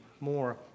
more